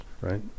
right